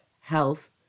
health